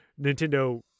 Nintendo